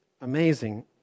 Amazing